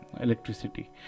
electricity